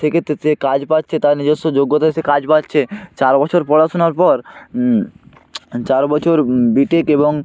সেক্ষেত্রে সে কাজ পাচ্ছে তার নিজস্ব যোগ্যতায় সে কাজ পাচ্ছে চার বছর পড়াশোনার পর চার বছর বি টেক এবং